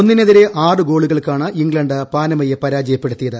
ഒന്നിനെതിരെ ആറ് ഗോളുകൾക്കാണ് ഇംഗ്ലണ്ട് പാനമയെ പരാജയപ്പെടുത്തിയത്